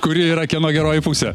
kuri yra kieno geroji pusė